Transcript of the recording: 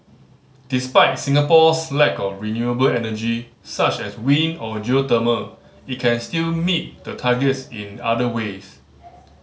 despite Singapore's lack of renewable energy such as wind or geothermal it can still meet the targets in other ways